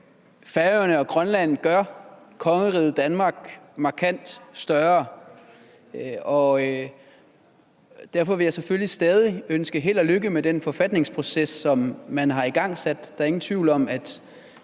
Færøerne og Grønland gør kongeriget Danmark markant større, men derfor vil jeg selvfølgelig stadig ønske held og lykke med den forfatningsproces, som man har igangsat.